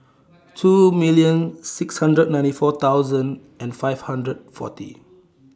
two million six hundred ninety four thousand and five hundred forty